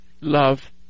Love